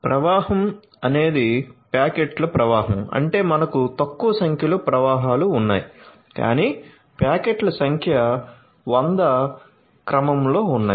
ప్రవాహం అనేది ప్యాకెట్ల ప్రవాహం అంటే మనకు తక్కువ సంఖ్యలో ప్రవాహాలు ఉన్నాయి కాని ప్యాకెట్ల సంఖ్య 1000 క్రమంలో ఉన్నాయి